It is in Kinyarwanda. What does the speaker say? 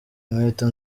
inkweto